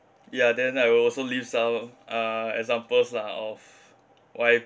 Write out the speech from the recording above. ya then I will also leave some uh examples lah of why